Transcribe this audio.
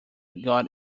got